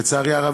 ולצערי הרב,